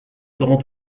seront